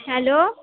hello